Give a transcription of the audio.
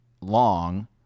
long